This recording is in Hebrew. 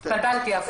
התבלבלתי.